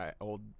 old